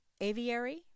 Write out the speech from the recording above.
aviary